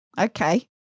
Okay